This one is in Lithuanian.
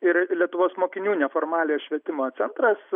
ir lietuvos mokinių neformaliojo švietimo centras